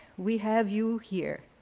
we have you here.